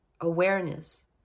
awareness